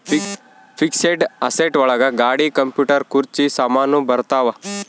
fixed asset ಒಳಗ ಗಾಡಿ computer ಕುರ್ಚಿ ಸಾಮಾನು ಬರತಾವ